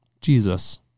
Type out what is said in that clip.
Jesus